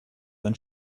when